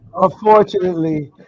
Unfortunately